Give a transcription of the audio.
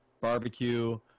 barbecue